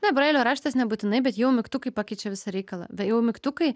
na brailio raštas nebūtinai bet jau mygtukai pakeičia visą reikalą tai jau mygtukai